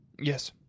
Yes